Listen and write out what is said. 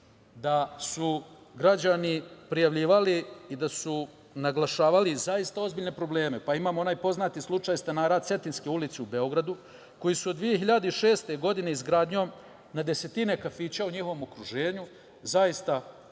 da su građani prijavljivali i da su naglašavali zaista ozbiljne probleme. Pa, imamo onaj poznati slučaj stanara Cetinjske ulice u Beogradu, koji su od 2006. godine izgradnjom na desetine kafića u njihovom okruženju zaista imali